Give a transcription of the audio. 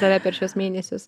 tave per šiuos mėnesius